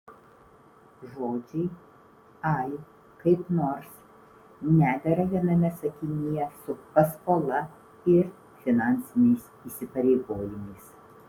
žodžiai ai kaip nors nedera viename sakinyje su paskola ir finansiniais įsipareigojimais